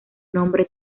nombre